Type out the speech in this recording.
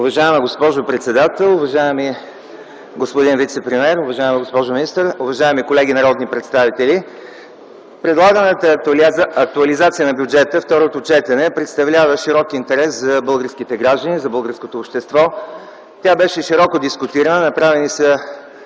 Уважаема госпожо председател, уважаеми господин вицепремиер, уважаема госпожо министър, уважаеми колеги народни представители! Предлаганата актуализация на бюджета – второто четене, представлява широк интерес за българските граждани и за българското общество. Тя беше широко дискутирана. Направени са